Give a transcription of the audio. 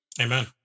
Amen